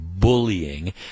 bullying